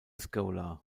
scholar